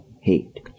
hate